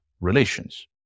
relations